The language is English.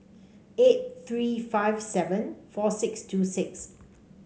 eight three five seven four six two six